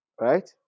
Right